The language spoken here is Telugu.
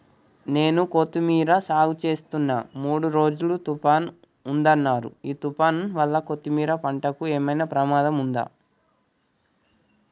నేను కొత్తిమీర సాగుచేస్తున్న మూడు రోజులు తుఫాన్ ఉందన్నరు ఈ తుఫాన్ వల్ల కొత్తిమీర పంటకు ఏమైనా ప్రమాదం ఉందా?